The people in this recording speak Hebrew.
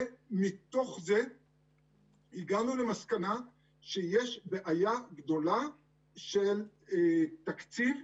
ומתוך זה הגענו למסקנה שיש בעיה גדולה של תקציב,